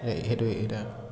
সেইটো এতিয়া